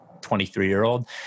23-year-old